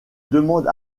demande